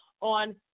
on